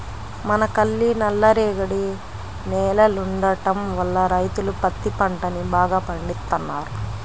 మనకల్లి నల్లరేగడి నేలలుండటం వల్ల రైతులు పత్తి పంటని బాగా పండిత్తన్నారు